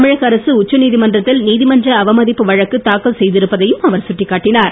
தமிழக அரசு உச்சநீதிமன்றத்தில் நீதிமன்ற அவமதிப்பு வழக்கு தாக்கல் செய்திருப்பதையும் அவர் சுட்டிக்காட்டினார்